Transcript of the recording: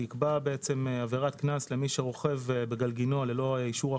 שיקבע עבירת קנס למי שרוכב בגלגנוע ללא אישור הכשרה.